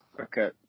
Okay